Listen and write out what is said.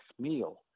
meal